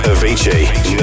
Avicii